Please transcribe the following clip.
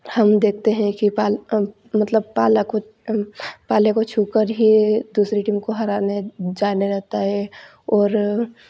हम देखते हैं कि पाल मतलब पाला को पाले को छू कर ही दूसरी टीम को हराने जाने रहता है और